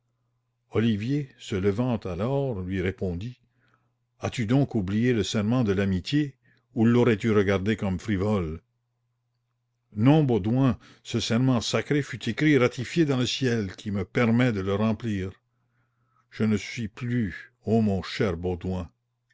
olivier se levant alors lui répondit as-tu donc oublié le serment de l'amitié ou laurais tu regardé comme frivole non baudouin ce serment sacré fut écrit et ratifié dans le ciel qui me permet de le remplir je ne suis plus ô mon cher baudouin